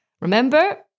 Remember